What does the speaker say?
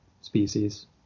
species